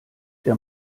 der